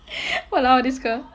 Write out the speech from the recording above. !walao! this girl